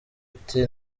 ati